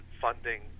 funding